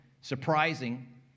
surprising